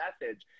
message